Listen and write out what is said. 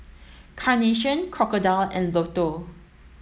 Carnation Crocodile and Lotto